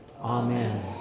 Amen